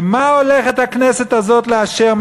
ומה הולכת הכנסת הזאת לאשר?